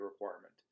requirement